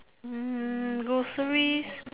mm groceries